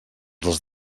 dels